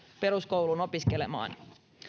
peruskouluun opiskelemaan